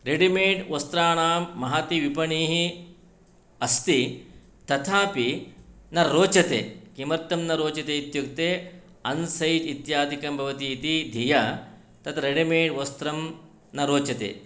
readymade वस्त्राणां महती विपणीः अस्ति तथापि न रोचते किमर्तं न रोचते इत्युक्ते अन्सैज़् इत्यादिकं भवति इति धिया तत् रेडिमेड् वस्त्रं न रोचते